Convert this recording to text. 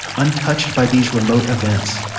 untouched by these remote events,